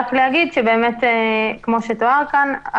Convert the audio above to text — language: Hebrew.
רק נגיד כמו שתואר כאן,